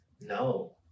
No